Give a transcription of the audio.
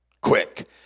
quick